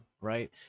right